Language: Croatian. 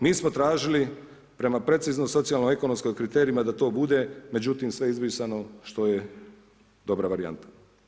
Nismo tražili prema precizno socijalno-ekonomskim kriterijima da to bude, međutim sve je izbrisano što je dobra varijanta.